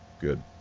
Good